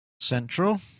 central